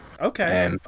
Okay